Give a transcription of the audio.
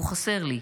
והוא חסר לי.